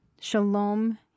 Shalom